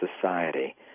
society